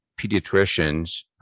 pediatricians